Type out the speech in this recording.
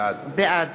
בעד